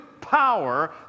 power